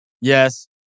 yes